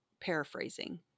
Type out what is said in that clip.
paraphrasing